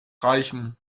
reichen